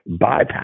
bypass